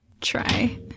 try